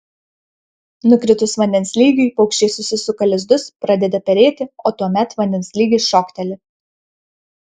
nukritus vandens lygiui paukščiai susisuka lizdus pradeda perėti o tuomet vandens lygis šokteli